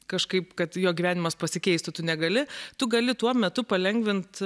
kažkaip kad jo gyvenimas pasikeistų tu negali tu gali tuo metu palengvint